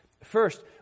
First